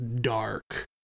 dark